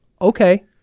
okay